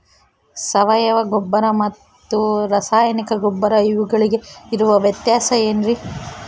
ಸಾವಯವ ಗೊಬ್ಬರ ಮತ್ತು ರಾಸಾಯನಿಕ ಗೊಬ್ಬರ ಇವುಗಳಿಗೆ ಇರುವ ವ್ಯತ್ಯಾಸ ಏನ್ರಿ?